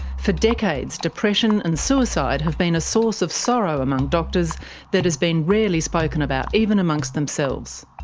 for decades, depression and suicide have been a source of sorrow among doctors that has been rarely spoken about, even amongst themselves.